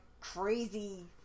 crazy